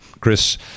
Chris